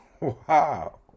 Wow